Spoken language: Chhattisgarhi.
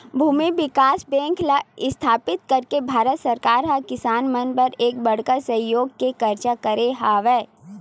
भूमि बिकास बेंक ल इस्थापित करके भारत सरकार ह किसान मन बर एक बड़का सहयोग के कारज करे हवय